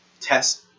test